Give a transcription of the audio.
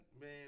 man